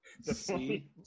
See